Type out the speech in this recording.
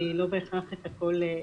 כי לא בהכרח יש לי הכול.